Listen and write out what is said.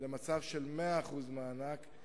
למצב של 100% מענק.